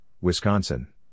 Wisconsin